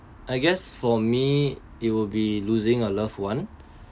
I guess for me it will be losing a loved one